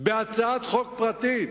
בהצעת חוק פרטית,